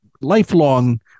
lifelong